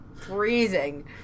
freezing